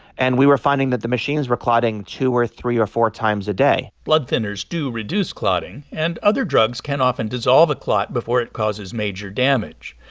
and we were finding that the machines were clotting two or three or four times a day blood thinners do reduce clotting, and other drugs can often dissolve a clot before it causes major damage.